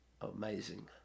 amazing